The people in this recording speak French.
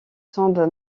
tombe